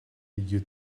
you